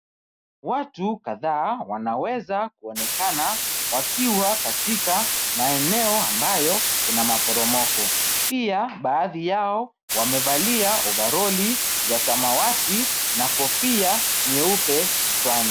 Watu kadhaa wanaweza kuonekana katika maeneo ambayo kuna maporomoko. Pia, baadhi yao wamevalia ovaroli za samawati na kofia nyeupe kichwani.